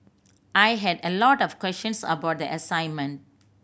I had a lot of questions about the assignment